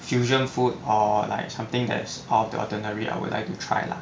fusion food or like something out of the ordinary I would I can try lah